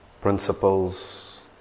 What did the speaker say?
Principles